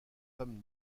femme